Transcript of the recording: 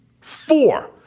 four